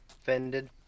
Offended